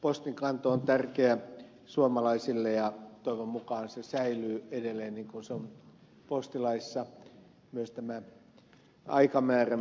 postinkanto on tärkeä suomalaisille ja toivon mukaan se säilyy edelleen niin kuin se on postilaissa myös tämä aikamäärä